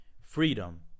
freedom